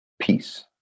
peace